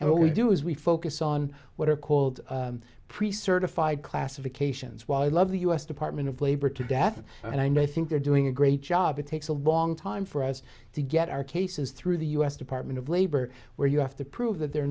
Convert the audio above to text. and what we do is we focus on what are called pre certified classifications while i love the u s department of labor to death and i know i think they're doing a great job it takes a long time for us to get our cases through the u s department of labor where you have to prove that the